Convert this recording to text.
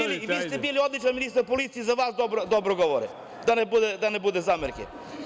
I vi ste bili odličan ministar policije i za vas dobro govore, da ne bude zamerke.